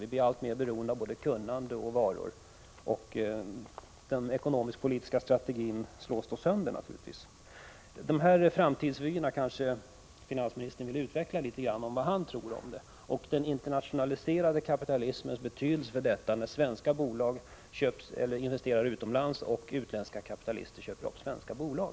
Vi blir alltmer beroende av både kunnande och varor utifrån, och den ekonomisk-politiska strategin slås sönder. Finansministern kanske vill utveckla något vad han tror om dessa framtidsvyer, och om den internationaliserade kapitalismens betydelse när svenska bolag investerar utomlands och utländska kapitalister köper upp svenska bolag.